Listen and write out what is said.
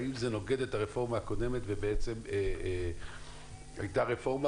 האם זה נוגד את הרפורמה הקודמת ובעצם היתה רפורמה